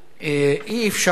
אי-אפשר